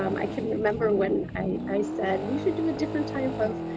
um i can remember when i said, we should do a different type off.